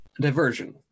Diversion